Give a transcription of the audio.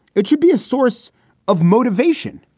it should be a source of motivation,